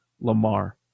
Lamar